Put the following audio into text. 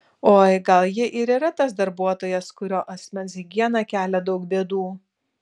oi gal ji ir yra tas darbuotojas kurio asmens higiena kelia daug bėdų